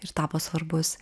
ir tapo svarbus